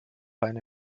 eine